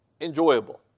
enjoyable